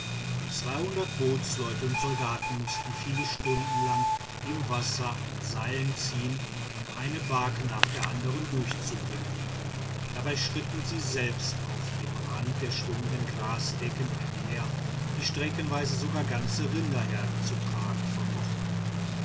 bootsleute und soldaten mußten viele stunden lang im wasser an seilen ziehen um eine barke nach der andern durchzubringen dabei schritten sie selbst auf dem rande der schwimmenden grasdecken einher die streckenweise sogar ganze rinderherden zu tragen vermochten